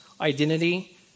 identity